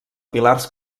pilars